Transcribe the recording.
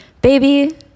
baby